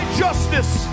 justice